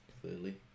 clearly